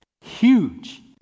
Huge